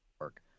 work